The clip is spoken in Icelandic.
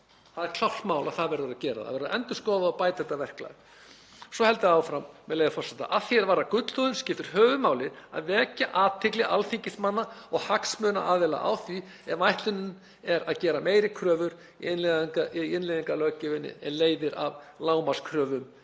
Það er klárt mál að þetta verður að gera. Það verður að endurskoða og bæta þetta verklag. Svo heldur áfram, með leyfi forseta: „Að því er varðar gullhúðun skiptir höfuðmáli að vekja athygli alþingismanna og hagsmunaaðila á því ef ætlunin er að gera meiri kröfur í innleiðingarlöggjöfinni en leiðir af lágmarkskröfum